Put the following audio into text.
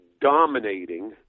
dominating